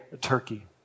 Turkey